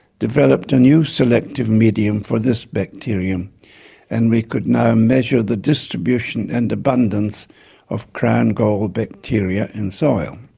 developed a new selective medium for this bacterium and we could now measure the distribution and abundance of crown gall bacteria in soil.